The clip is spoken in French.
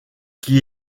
qui